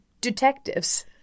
detectives